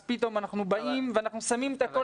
אז פתאום אנחנו באים ואנחנו שמים את הכול